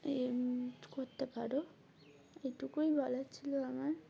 এ করতে পারো এটুকুই বলার ছিলো আমার